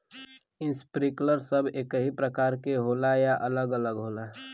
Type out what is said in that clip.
Sprinkler सब एकही प्रकार के होला या अलग अलग होला?